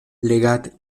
leggat